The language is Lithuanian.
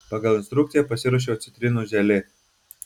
pagal instrukciją pasiruošiau citrinų želė